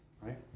right